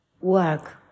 work